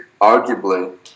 arguably